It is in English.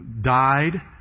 died